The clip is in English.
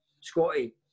Scotty